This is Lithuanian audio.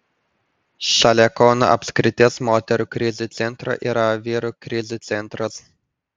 šalia kauno apskrities moterų krizių centro yra vyrų krizių centras